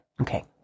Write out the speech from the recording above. Okay